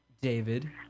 David